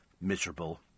miserable